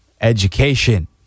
education